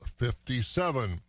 $57